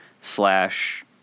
slash